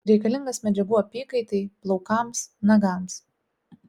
reikalingas medžiagų apykaitai plaukams nagams